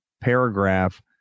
paragraph